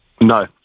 No